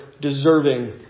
deserving